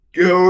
go